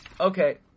Okay